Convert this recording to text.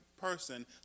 person